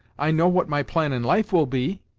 i know what my plan in life will be.